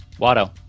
Watto